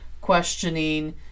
questioning